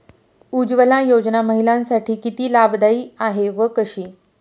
उज्ज्वला योजना महिलांसाठी किती लाभदायी आहे व कशी?